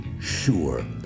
sure